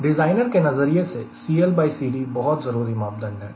designer के नज़रिए से CLCD बहुत जरूरी मापदंड है